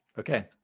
Okay